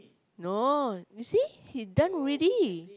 no you see he's just reading